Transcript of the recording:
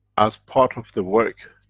as part of the work,